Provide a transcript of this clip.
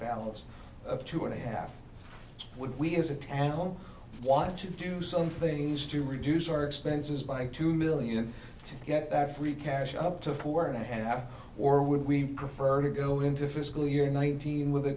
balance of two and a half would we as a ten home watch and do some things to reduce our expenses by two million to get that free cash up to four and a half or would we prefer to go into fiscal year nineteen with